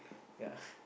ya